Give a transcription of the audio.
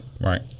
Right